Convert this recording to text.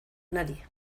nadie